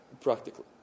practically